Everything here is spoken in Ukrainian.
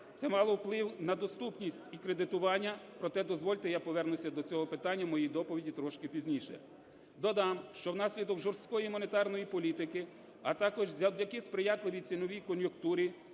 Це мало вплив на доступність і кредитування. Проте, дозвольте я повернуся до цього питання в моїй доповіді трошки пізніше. Додам, що внаслідок жорсткої монетарної політики, а також завдяки сприятливій ціновій кон'юнктурі